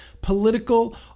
political